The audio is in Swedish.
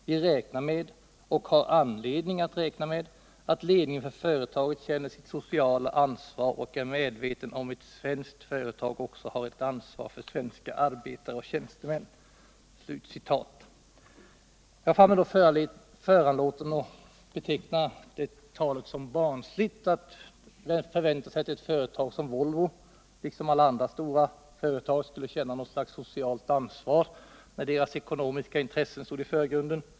Vi räknar med — och har anledning att räkna med — att ledningen för företaget känner sitt sociala ansvar och är medveten om att ett svenskt företag också har ett ansvar för svenska arbetare och tjänstemän.” Jag fann mig då föranlåten att beteckna det som barnsligt att förvänta sig att ett företag som Volvo, liksom andra stora företag, skulle känna något slags socialt ansvar när de ekonomiska intressena stod i förgrunden.